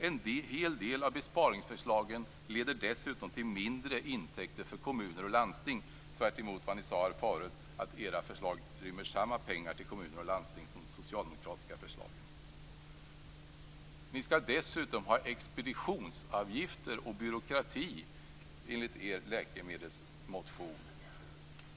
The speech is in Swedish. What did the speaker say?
En hel del av besparingsförslagen leder dessutom till mindre intäkter för kommuner och landsting - alltså tvärtemot vad ni sade här förut, nämligen att era förslag rymmer samma pengar till kommuner och landsting som de socialdemokratiska förslagen. Dessutom skall ni ha expeditionsavgifter och byråkrati; åtminstone enligt er läkemedelsmotion.